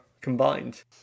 combined